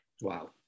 Wow